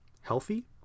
healthy